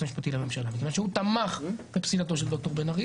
המשפטי לממשלה מכיוון שהוא תמך בפסילתו של ד"ר בן ארי.